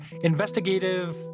investigative